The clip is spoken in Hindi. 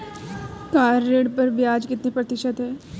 कार ऋण पर ब्याज कितने प्रतिशत है?